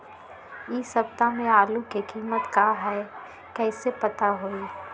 इ सप्ताह में आलू के कीमत का है कईसे पता होई?